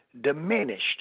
diminished